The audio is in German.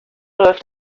läuft